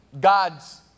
God's